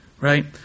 Right